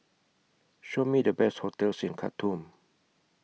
Show Me The Best hotels in Khartoum